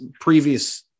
previous